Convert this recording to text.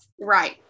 Right